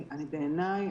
בעיניי,